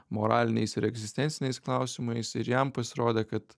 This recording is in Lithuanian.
moraliniais ir egzistenciniais klausimais ir jam pasirodė kad